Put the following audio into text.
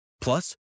Plus